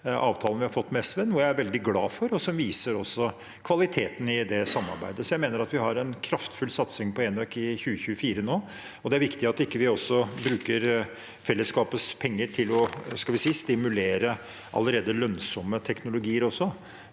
avtalen vi fikk med SV, noe jeg er veldig glad for, og det viser kvaliteten i dette samarbeidet. Jeg mener vi har en kraftfull satsing på enøk i 2024. Det er viktig at vi ikke bruker fellesskapets penger til å stimulere allerede lønnsomme teknologier,